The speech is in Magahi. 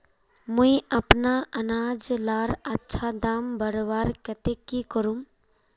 मुई अपना अनाज लार अच्छा दाम बढ़वार केते की करूम?